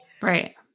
right